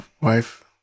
wife